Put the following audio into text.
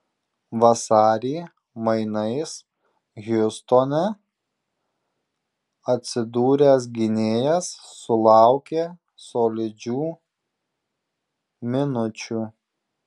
vasarį mainais hjustone atsidūręs gynėjas sulaukė solidžių minučių